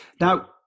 Now